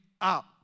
up